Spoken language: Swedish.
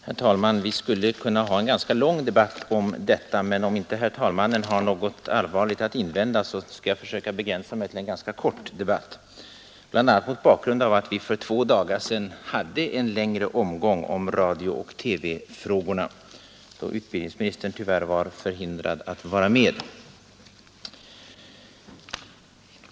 Herr talman! Vi skulle kunna ha en ganska lång debatt om detta ämne, men om inte herr talmannen har något allvarligt att invända skall jag försöka begränsa mig till en ganska kort debatt, bl.a. mot bakgrunden av att vi för två dagar sedan hade en längre överläggning om radiooch TV-frågorna då utbildningsministern tyvärr var förhindrad att vara med.